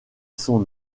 sont